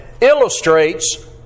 illustrates